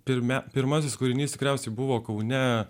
pirme pirmasis kūrinys tikriausiai buvo kaune